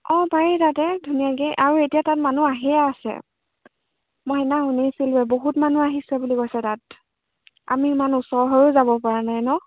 অঁ পাৰি তাতেই ধুনীয়াকৈয়ে আৰু এতিয়া তাত মানুহ আহিয়ে আছে মই সেইদিনা শুনিছিলোঁৱে বহুত মানুহ আহিছে বুলি কৈছে তাত আমি ইমান ওচৰ হৈয়ো যাবপৰা নাই ন